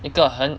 一个很